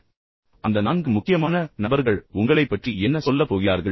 உங்கள் வாழ்க்கையில் அந்த நான்கு முக்கியமான நபர்கள் உங்களைப் பற்றி என்ன சொல்லப் போகிறார்கள்